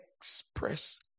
express